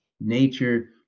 nature